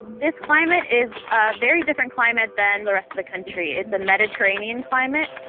this climate is a very different climate than the rest of the country. it's a mediterranean climate.